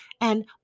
and